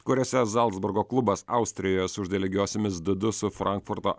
kuriose zalcburgo klubas austrijoje sužaidė lygiosiomis du du su frankfurto